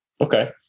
Okay